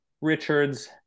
Richards